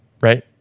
right